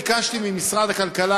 ביקשתי ממשרד הכלכלה,